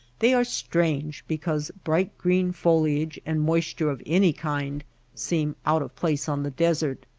they are strange because bright-green foliage and moisture of any kind seem out of place on the desert.